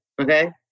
okay